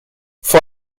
vor